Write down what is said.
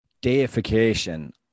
deification